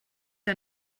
que